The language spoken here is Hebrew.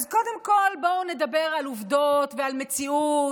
אז קודם כול, בואו נדבר על עובדות ועל מציאות,